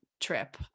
trip